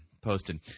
posted